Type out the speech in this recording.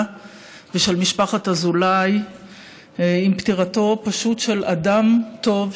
ושל משפחת אזולאי עם פטירתו של אדם טוב,